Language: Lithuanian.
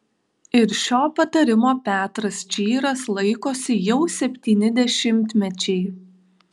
ir šio patarimo petras čyras laikosi jau septyni dešimtmečiai